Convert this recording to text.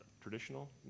traditional